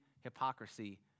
hypocrisy